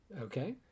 Okay